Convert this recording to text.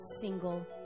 single